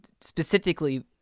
specifically